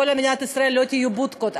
שלא כל מדינת ישראל תהיה בודקות.